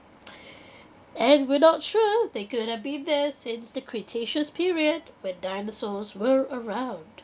and we're not sure they could have been there since the cretaceous period when dinosaurs were around